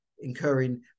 incurring